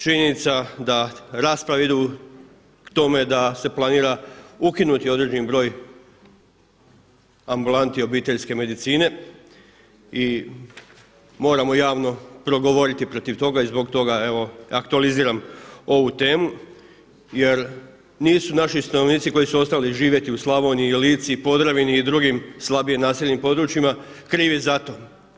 Činjenica da rasprave idu k tome da se planira ukinuti određeni broj ambulanti obiteljske medicine i moramo javno progovoriti protiv toga i zbog toga evo aktualiziram ovu temu jer nisu naši stanovnici koji su ostali živjeti u Slavoniji, Lici, Podravini i drugim slabije naseljenim područjima krivi za to.